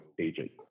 agent